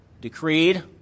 decreed